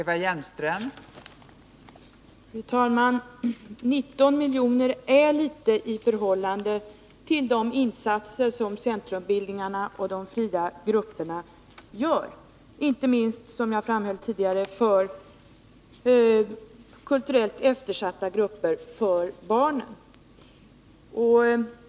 Fru talman! 19 milj.kr. är litet i förhållande till de insatser som centrumbildningarna och de fria grupperna gör, inte minst för — som jag framhöll tidigare — kulturellt eftersatta grupper som barnen.